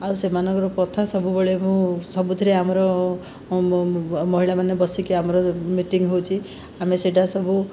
ଆଉ ସେମାନଙ୍କର କଥା ସବୁବେଳେ ମୁଁ ସବୁଥିରେ ଆମର ମହିଳା ମାନେ ବସିକି ଆମର ମିଟିଙ୍ଗ୍ ହେଉଛି ଆମେ ସେଇଟା ସବୁ